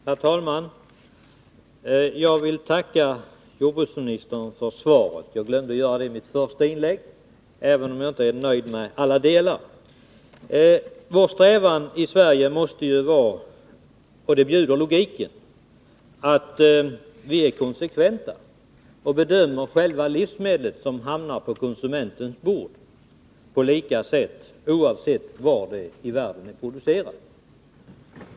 Herr talman! Jag vill tacka jordbruksministern för svaret — jag glömde att göra det i mitt första inlägg — även om jag inte är nöjd med det till alla delar. Vår strävan i Sverige måste vara — det bjuder logiken — att vi är konsekventa och bedömer själva livsmedlet som hamnar på konsumentens bord på samma sätt, oavsett var i världen det produceras.